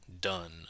done